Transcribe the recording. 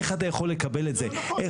איך אתה יכול לקבל את זה?